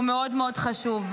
הוא מאוד מאוד חשוב.